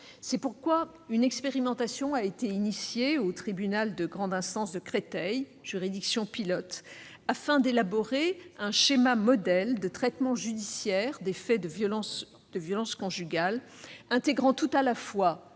C'est pourquoi une expérimentation a été lancée au tribunal de grande instance de Créteil, juridiction pilote, aux fins d'élaborer un schéma modèle de traitement judiciaire des faits de violences conjugales, intégrant tout à la fois